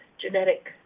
genetic